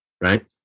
right